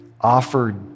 offered